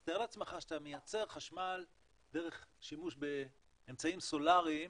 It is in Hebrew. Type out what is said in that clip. אז תאר לעצמך שאתה מייצר חשמל דרך שימוש באמצעים סולריים